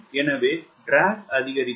எனவே ட்ராக் அதிகாரிக்கும்